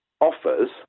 offers